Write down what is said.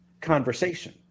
conversation